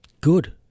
good